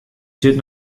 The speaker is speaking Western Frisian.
sit